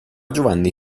giovanni